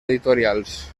editorials